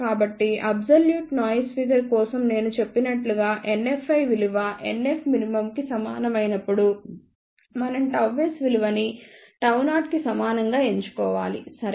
కాబట్టిఅబ్సొల్యూట్ noise figure కోసం నేను చెప్పినట్లు గా NFi విలువ NFmin కి సమానమైనప్పుడు మనం ΓS విలువ ని Γ0 కు సమానంగా ఎంచుకోవాలి సరే